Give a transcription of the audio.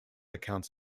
accounts